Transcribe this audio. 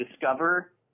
discover